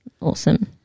Awesome